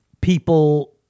people